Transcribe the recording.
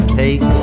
take